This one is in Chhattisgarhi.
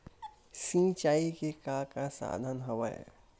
सिंचाई के का का साधन हवय?